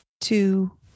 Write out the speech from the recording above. two